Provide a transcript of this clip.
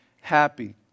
happy